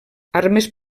armes